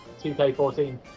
2K14